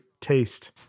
taste